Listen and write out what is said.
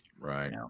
Right